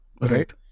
Right